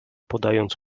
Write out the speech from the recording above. podając